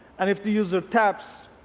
and if the user taps,